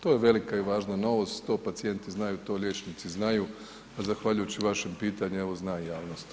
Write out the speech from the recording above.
To je velika i važna novost, to pacijenti znaju, to liječnici znaju, a zahvaljujući evo vašem pitanju zna i javnost.